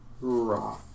Raw